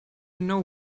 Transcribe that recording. know